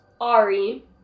Ari